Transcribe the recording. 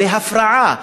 להפרעה,